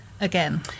again